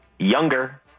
Younger